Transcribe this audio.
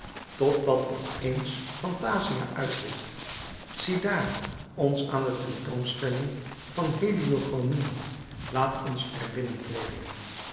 op eens phantasia uitriep ziedaar ons aan de tentoonstelling van heliochromien laat ons